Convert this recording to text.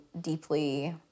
deeply